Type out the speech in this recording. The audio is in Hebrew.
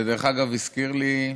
דרך אגב, זה הזכיר לי,